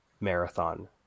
marathon